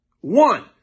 One